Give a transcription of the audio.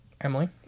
Emily